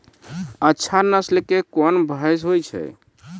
अच्छा नस्ल के कोन भैंस होय छै?